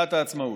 מגילת העצמאות.